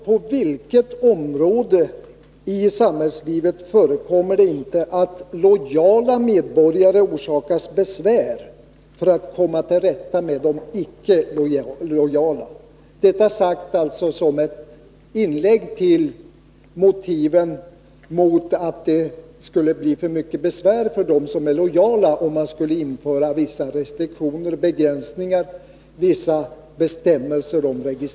På vilket område i samhällslivet förekommer det inte att lojala medborgare orsakas besvär för att man skall komma till rätta med de icke lojala? Jag har sagt detta som ett inlägg med anledning av motivet att det skulle medföra alltför mycket besvär om bestämmelser om registrering samt restriktioner och begränsningar infördes.